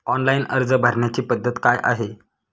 Online अर्ज भरण्याची पद्धत काय आहे?